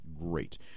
great